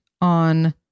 on